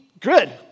Good